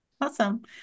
Awesome